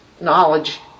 knowledge